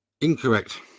Incorrect